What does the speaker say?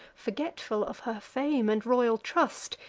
forgetful of her fame and royal trust,